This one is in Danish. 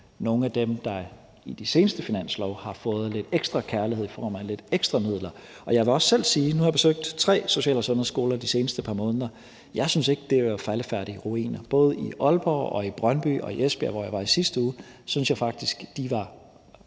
nogle af dem, der i de seneste finanslove har fået lidt ekstra kærlighed i form af lidt ekstra midler. Jeg vil også selv sige, at jeg nu i de seneste par måneder har besøgt tre social- og sundhedsskoler, og jeg synes ikke, de var faldefærdige ruiner. Både i Aalborg, i Brøndby og i Esbjerg, hvor jeg var i sidste uge, synes jeg faktisk at